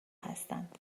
هستند